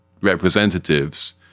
representatives